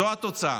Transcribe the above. זאת התוצאה.